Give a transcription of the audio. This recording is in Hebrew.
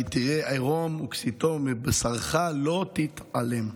כי תראה ערם וכסיתו ומבשרך לא תתעלם".